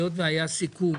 היות שהיה סיכום